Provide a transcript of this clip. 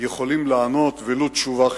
יכולים לענות, ולו תשובה חלקית.